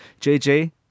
JJ